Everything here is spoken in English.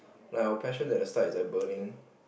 like our passion at the start is like burning